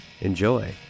Enjoy